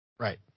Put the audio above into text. Right